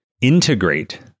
integrate